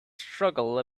struggle